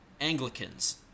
Anglicans